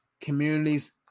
communities